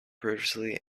previously